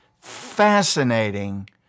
fascinating